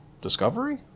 Discovery